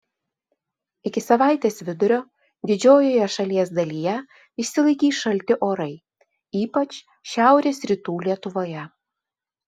iki savaitės vidurio didžiojoje šalies dalyje išsilaikys šalti orai ypač šiaurės rytų lietuvoje